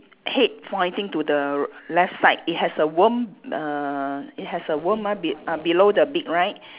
head pointing to the left side it has a worm err it has a worm ah be~ uh below the beak right